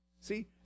See